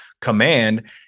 command